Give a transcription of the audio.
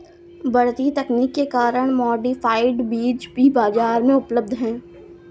बढ़ती तकनीक के कारण मॉडिफाइड बीज भी बाजार में उपलब्ध है